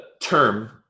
term